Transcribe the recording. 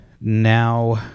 now